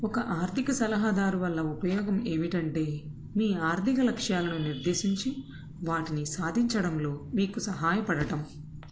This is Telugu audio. ఒక ఆర్థిక సలహాదారు వల్ల ఉపయోగం ఏమిటంటే మీ ఆర్థిక లక్ష్యాలను నిర్దేశించి వాటిని సాధించడంలో మీకు సహాయపడటం